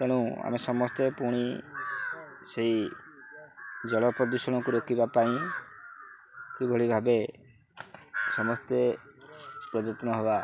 ତେଣୁ ଆମେ ସମସ୍ତେ ପୁଣି ସେଇ ଜଳ ପ୍ରଦୂଷଣକୁ ରୋକିବା ପାଇଁ କିଭଳି ଭାବେ ସମସ୍ତେ ପ୍ରଯତ୍ନ ହେବା